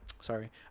Sorry